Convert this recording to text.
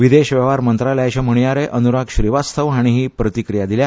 विदेश वेव्हार मंत्रालयाचे म्हणयारे अनूराग श्रीवास्तव हांणी ही प्रतिक्रिया दिल्या